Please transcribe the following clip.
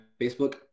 Facebook